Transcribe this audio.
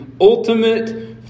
ultimate